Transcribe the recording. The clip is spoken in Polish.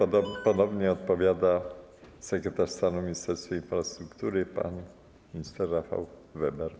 Odpowiada sekretarz stanu w Ministerstwie Infrastruktury pan minister Rafał Weber.